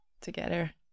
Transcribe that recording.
together